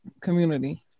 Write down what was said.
community